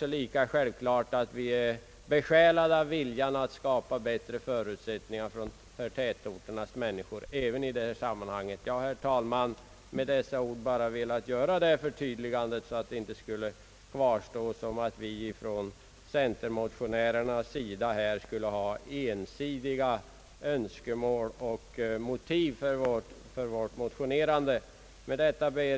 det lika självklart att vi är besjälade av viljan att skapa bättre förutsättningar för tätorternas människor även i detta sammanhang. Jag har med dessa ord, herr talman, bara velat göra ett förtydligande, så att inte något intryck skulle kvarstå om att vi centermotionärer skulle ha ensidiga önskemål och motiv för vårt motionerande.